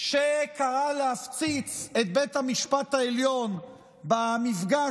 שקרא להפציץ את בית המשפט העליון במפגש